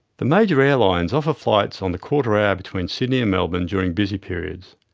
the major airlines offer flights on the quarter hour between sydney and melbourne during busy periods,